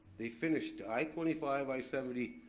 they finished i twenty five, i seventy,